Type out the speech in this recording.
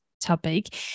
topic